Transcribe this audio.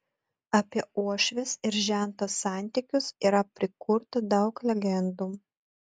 apie uošvės ir žento santykius yra prikurta daug legendų